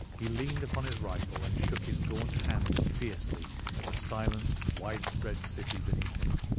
he leaned upon his rifle and shook his gaunt hand fiercely at the silent widespread city beneath him.